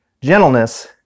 gentleness